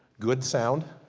good sound.